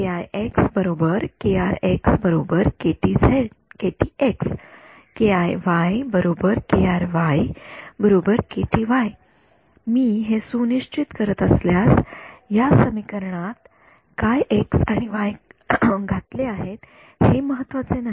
मी हे सुनिश्चित करत असल्यास या समीकरणात काय एक्स आणि वाई घातले आहेत हे महत्त्वाचे नाही